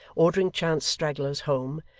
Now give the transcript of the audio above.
ordering chance stragglers home,